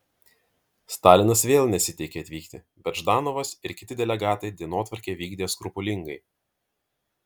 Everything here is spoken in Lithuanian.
stalinas vėl nesiteikė atvykti bet ždanovas ir kiti delegatai dienotvarkę vykdė skrupulingai